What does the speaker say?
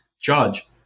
judge